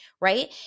Right